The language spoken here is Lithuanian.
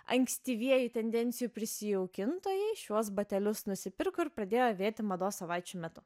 ankstyvieji tendencijų prisijaukintojai šiuos batelius nusipirko ir pradėjo avėti mados savaičių metu